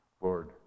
Lord